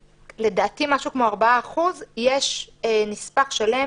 לדעתי, משהו כמו 4%. יש נספח שלם